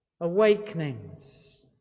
awakenings